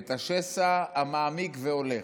את השסע המעמיק והולך,